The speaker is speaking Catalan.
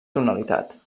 tonalitat